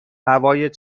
هوای